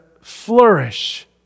flourish